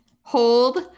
Hold